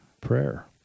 prayer